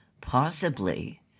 Possibly